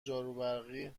جاروبرقی